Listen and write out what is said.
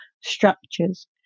structures